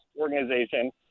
organization